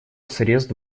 средств